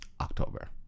October